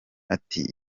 ati